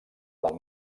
del